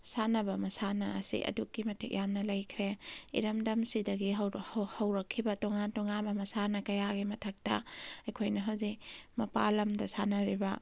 ꯁꯥꯟꯅꯕ ꯃꯁꯥꯟꯅ ꯑꯁꯤ ꯑꯗꯨꯛꯀꯤ ꯃꯇꯤꯛ ꯌꯥꯝꯅ ꯂꯩꯈ꯭ꯔꯦ ꯏꯔꯝꯗꯝ ꯁꯤꯗꯒꯤ ꯍꯧꯔꯛꯈꯤꯕ ꯇꯣꯉꯥꯟ ꯇꯣꯉꯥꯟꯕ ꯃꯁꯥꯟꯅ ꯀꯌꯥꯒꯤ ꯃꯊꯛꯇ ꯑꯩꯈꯣꯏꯅ ꯍꯧꯖꯤꯛ ꯃꯄꯥꯟ ꯂꯝꯗ ꯁꯥꯟꯅꯔꯤꯕ